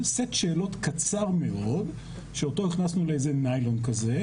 סט שאלות קצר מאוד שאותו הכנסנו לאיזה ניילון כזה,